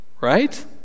right